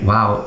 Wow